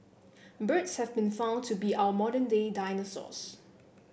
birds have been found to be our modern day dinosaurs